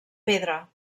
pedra